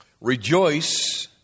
rejoice